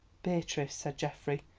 beatrice, said geoffrey,